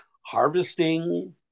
harvesting